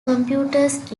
computers